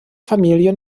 familie